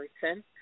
person